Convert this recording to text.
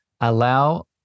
allow